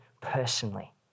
personally